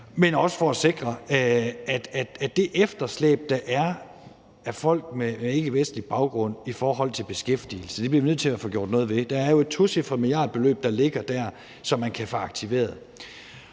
får gjort noget ved det efterslæb, der er, af folk med ikkevestlig baggrund i forhold til beskæftigelse. Det bliver vi nødt til at få gjort noget ved. Der er jo et tocifret milliardbeløb, der ligger der, og som man kan få aktiveret.